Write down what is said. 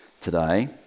today